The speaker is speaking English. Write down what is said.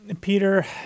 Peter